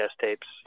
tapes